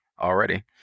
already